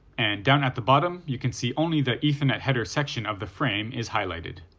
and down at the bottom you can see only the ethernet header section of the frame is highlighted.